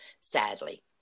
sadly